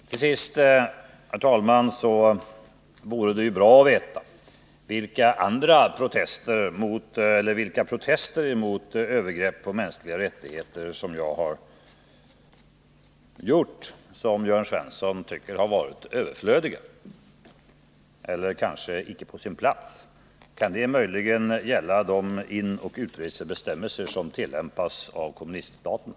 Till sist, herr talman, vore det bra att veta vilka protester mot övergrepp på mänskliga rättigheter som jag har framfört och som Jörn Svensson tycker har varit överflödiga eller icke på sin plats. Kan det möjligen gälla de inoch utresebestämmelser som tillämpas av kommuniststaterna?